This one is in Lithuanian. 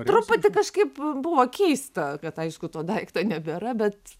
truputį kažkaip buvo keista kad aišku to daikto nebėra bet